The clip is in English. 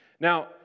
Now